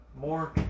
more